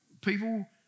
People